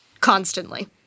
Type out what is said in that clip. constantly